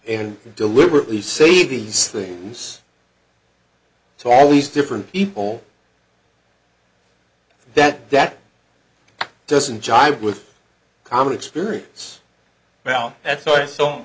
and deliberately see these things to all these different people that that doesn't jive with common experience well that's